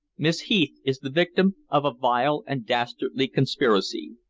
miss heath is the victim of a vile and dastardly conspiracy.